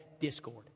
discord